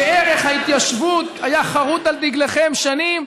שערך ההתיישבות היה חרות על דגלכם שנים,